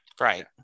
right